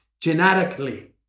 genetically